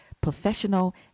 professional